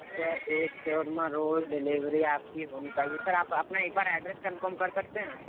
سر ایک شاورما roll deliver آپ کی ہو نہیں پائے گی سر آپ آپ اپنا ایک بار ایڈریس کنفرم کر سکتے ہیں